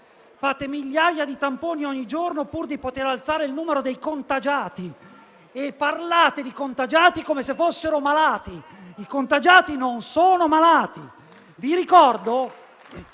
Fate migliaia di tamponi ogni giorno, pur di poter alzare il numero dei contagiati; e parlate di contagiati come se fossero malati. I contagiati non sono malati.